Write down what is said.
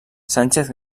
sánchez